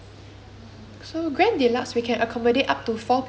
so grand deluxe we can accommodate up to four people in one room